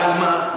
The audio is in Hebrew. אבל מה?